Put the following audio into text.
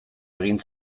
egin